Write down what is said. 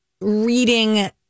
reading